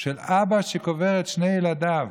של אבא שקובר את שני ילדיו